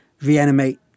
reanimate